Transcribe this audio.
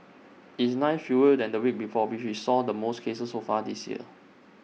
IT is nine fewer than the week before which saw the most cases so far this year